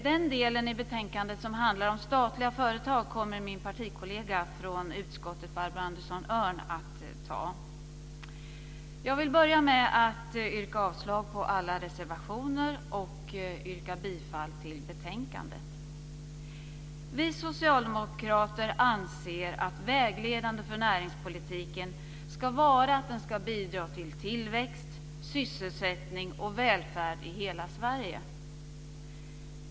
Den del i betänkandet som handlar om statliga företag kommer min partikollega från utskottet Barbro Andersson Öhrn att ta upp. Jag vill börja med att yrka avslag på alla reservationer och bifall till förslaget i utskottets betänkande. Vi socialdemokrater anser att det ska vara vägledande för näringspolitiken att den ska bidra till tillväxt, sysselsättning och välfärd i hela Sverige.